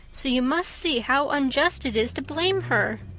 so you must see how unjust it is to blame her.